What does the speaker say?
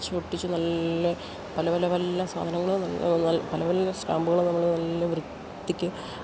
ഒട്ടിച്ച് നല്ല പല പല പല സാധനങ്ങൾ പല പല സ്റ്റാമ്പുകൾ നമ്മൾ നല്ല വൃത്തിക്ക്